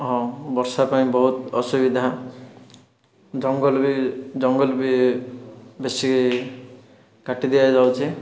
ହଁ ବର୍ଷା ପାଇଁ ବହୁତ ଅସୁବିଧା ଜଙ୍ଗଲ ବି ଜଙ୍ଗଲ ବି ବେଶି କାଟି ଦିଆଯାଉଛି